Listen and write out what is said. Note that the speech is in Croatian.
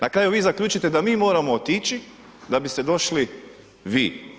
Na kraju vi zaključite da mi moramo otići da biste došli vi.